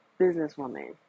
businesswoman